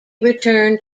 returned